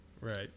Right